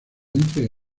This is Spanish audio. entre